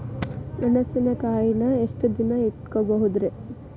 ಮೆಣಸಿನಕಾಯಿನಾ ಎಷ್ಟ ದಿನ ಇಟ್ಕೋಬೊದ್ರೇ?